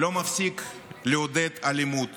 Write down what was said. שלא מפסיק לעודד אלימות